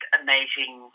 amazing